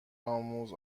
آموز